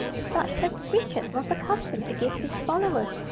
such as richard was accustomed to give his followers,